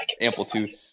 Amplitude